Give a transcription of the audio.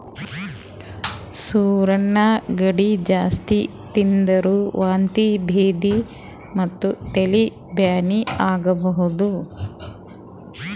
ಸೂರಣ ಗಡ್ಡಿ ಜಾಸ್ತಿ ತಿಂದ್ರ್ ವಾಂತಿ ಭೇದಿ ಮತ್ತ್ ತಲಿ ಬ್ಯಾನಿ ಆಗಬಹುದ್